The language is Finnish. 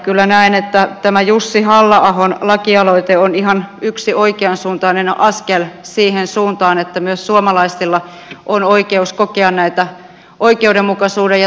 kyllä näen että tämä jussi halla ahon lakialoite on yksi ihan oikeansuuntainen askel siihen suuntaan että myös suomalaisilla on oikeus kokea näitä oikeudenmukaisuuden ja turvallisuuden tunteita